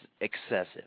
excessive